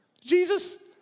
Jesus